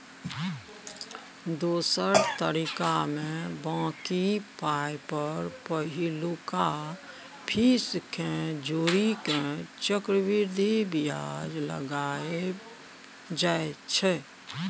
दोसर तरीकामे बॉकी पाइ पर पहिलुका फीस केँ जोड़ि केँ चक्रबृद्धि बियाज लगाएल जाइ छै